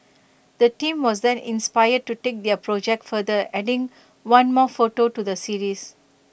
the team was then inspired to take their project further adding one more photo to the series